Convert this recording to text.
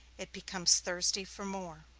it becomes thirsty for more.